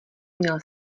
měl